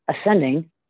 ascending